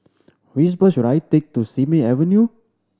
which bus should I take to Simei Avenue